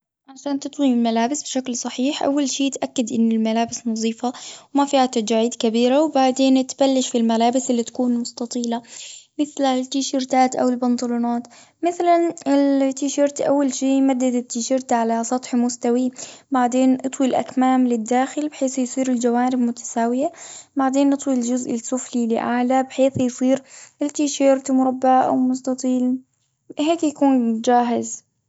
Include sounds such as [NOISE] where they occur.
عشان تطوي الملابس بشكل صحيح. أول شي تأكد إن الملابس نظيفة، وما فيها تجاعيد كبيرة. وبعدين تبلش في الملابس اللي تكون مستطيلة، مثل التيشرتات أو البنطلونات. مثلاً ال [HESITATION] تيشيرت. أول شي مدد التيشيرت على سطح مستوي، بعدين اطوي الأكمام للداخل، بحيث يصير الجوانب متساوية. بعدين نطوي الجزء السفلي لأعلى، بحيث يصير التيشيرت مربع، أو مستطيل. هيك يكون [HESITATION] جاهز.